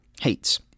hates